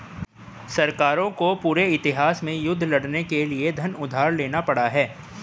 सरकारों को पूरे इतिहास में युद्ध लड़ने के लिए धन उधार लेना पड़ा है